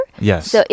Yes